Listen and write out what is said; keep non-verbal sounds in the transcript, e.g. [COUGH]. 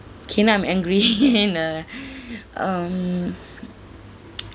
okay now I'm angry [LAUGHS] no lah [BREATH] um [NOISE]